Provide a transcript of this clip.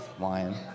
Lion